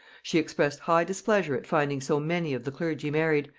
she expressed high displeasure at finding so many of the clergy married,